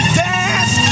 dance